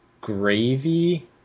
gravy